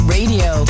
Radio